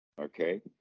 Okay